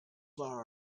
flour